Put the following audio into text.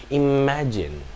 imagine